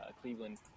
Cleveland